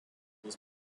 was